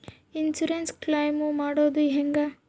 Insurance claim ಮಾಡೋದು ಹೆಂಗ?